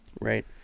Right